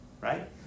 right